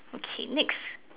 okay next